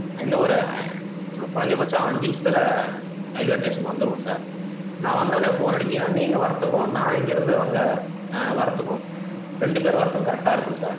இன்னும் ஒரு குறைஞ்சபட்சம் அஞ்சு நிமிஷத்தில் ரயில்வே ஸ்டேஷனுக்கு வந்திருவோம் சார் நான் வந்தொடன்னே ஃபோன் அடிச்சிங்கன்னா நீங்கள் வரதுக்கும் நான் இங்கேயிருந்து அங்கே வரதுக்கும் ரெண்டு பேரும் வரதுக்கும் கரெக்டாக இருக்கும் சார்